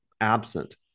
absent